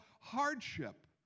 hardship